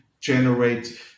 generate